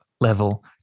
level